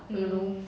mm